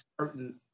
certain